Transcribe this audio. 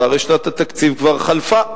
והרי שנת התקציב כבר חלפה,